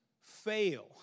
fail